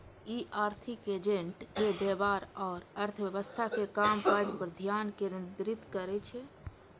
ई आर्थिक एजेंट के व्यवहार आ अर्थव्यवस्था के कामकाज पर ध्यान केंद्रित करै छै